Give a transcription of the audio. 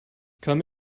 come